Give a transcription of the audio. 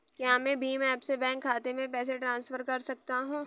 क्या मैं भीम ऐप से बैंक खाते में पैसे ट्रांसफर कर सकता हूँ?